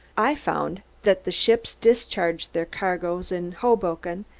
i found that the ships discharged their cargoes in hoboken,